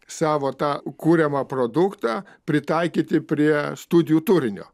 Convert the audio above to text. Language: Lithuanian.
savo tą kuriamą produktą pritaikyti prie studijų turinio